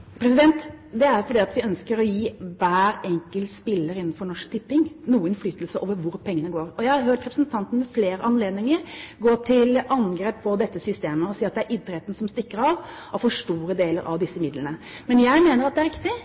Det er fordi vi ønsker å gi hver enkelt spiller innenfor Norsk Tipping noe innflytelse over hvor pengene går. Jeg har hørt representanten ved flere anledninger gå til angrep på dette systemet og si at det er idretten som stikker av med for store deler av disse midlene. Men jeg mener at det er riktig